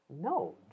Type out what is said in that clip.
No